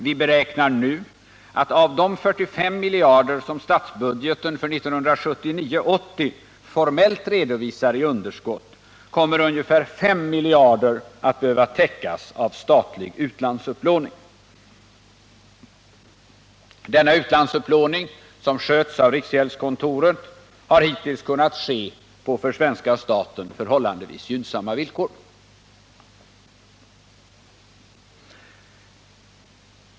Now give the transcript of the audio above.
Vi beräknar nu att av de 45 miljarder som statsbudgeten för 1979/80 formellt redovisar i underskott kommer ungefär 5 miljarder att behöva täckas av statlig utlandsupplåning. Denna utlandsupplåning, som sköts av riksgäldskontoret, har hittills kunnat ske på för svenska staten förhållandevis gynnsamma villkor.